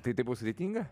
tai tai buvo sudėtinga